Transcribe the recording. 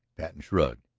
patten shrugged.